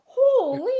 Holy